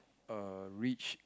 err reach